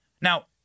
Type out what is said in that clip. Now